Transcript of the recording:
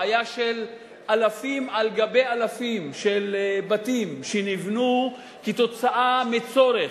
בעיה של אלפים על גבי אלפים של בתים שנבנו כתוצאה מצורך,